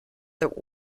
that